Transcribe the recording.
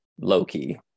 low-key